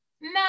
No